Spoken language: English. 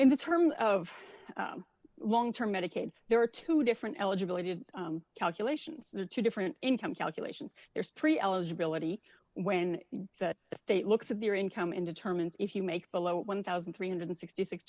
in the terms of long term medicaid there are two different eligibility calculations there are two different income calculations there's three eligibility when that state looks at their income and determines if you make below one thousand three hundred and sixty six